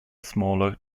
smaller